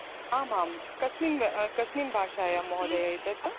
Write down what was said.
आमाम् कस्मिन् कस्मिन् भाषायां महोदय एतत्